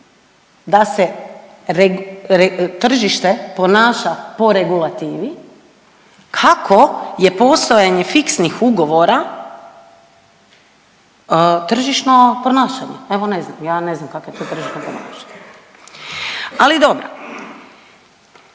da se tržište ponaša po regulativi, kako je postojanje fiksnih ugovora tržišno ponašanje? Evo, ne znam, ja ne znam kak je to tržišno ponašanje. Ali dobro.